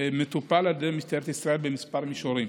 מטופל על ידי משטרת ישראל בכמה מישורים.